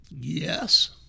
Yes